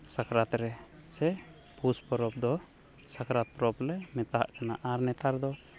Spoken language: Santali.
ᱥᱟᱠᱨᱟᱛ ᱨᱮ ᱥᱮ ᱯᱩᱥ ᱯᱚᱨᱚᱵᱽ ᱫᱚ ᱥᱟᱠᱨᱟᱛ ᱯᱚᱨᱚᱵᱽ ᱞᱮ ᱢᱮᱛᱟᱜ ᱠᱟᱱᱟ ᱟᱨ ᱱᱮᱛᱟᱨ ᱫᱚ